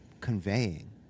conveying